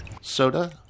Soda